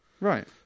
right